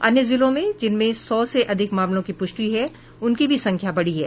अन्य जिले जिनमें सौ से अधिक मामलों की पुष्टि हुई है उनकी भी संख्या बढी है